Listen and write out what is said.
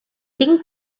tinc